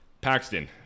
Paxton